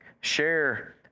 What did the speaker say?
share